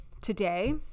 today